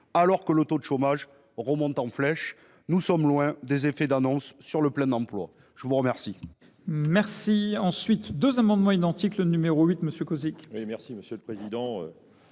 alors que le taux de chômage remonte en flèche. Nous sommes loin des effets d’annonce sur le plein emploi ! Les deux